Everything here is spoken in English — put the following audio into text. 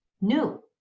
new